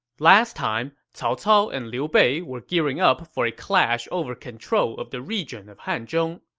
last time, cao cao and liu bei were gearing up for a clash over control of the region of hanzhong.